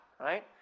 Right